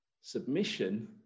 Submission